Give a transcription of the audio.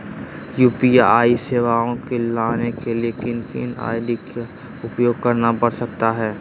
UPI सेवाएं को लाने के लिए किन किन आई.डी का उपयोग करना पड़ सकता है?